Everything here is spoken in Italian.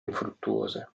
infruttuose